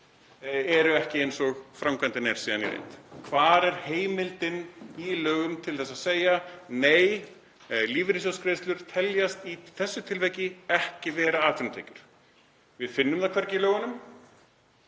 eru ekki eins og framkvæmdin er síðan í reynd. Hvar er heimildin í lögum til að segja: Nei, lífeyrissjóðsgreiðslur teljast í þessu tilviki ekki vera atvinnutekjur? Við finnum það hvergi í lögunum